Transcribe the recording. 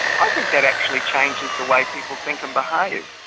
i think that actually changes the way people think and behave.